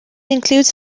includes